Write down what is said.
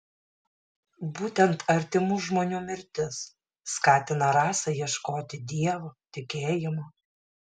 būtent artimų žmonių mirtis skatina rasą ieškoti dievo tikėjimo